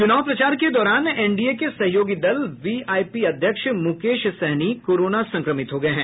चुनाव प्रचार के दौरान एनडीए के सहयोगी दल वीआईपी अध्यक्ष मुकेश सहनी कोरोना संक्रमित हो गये हैं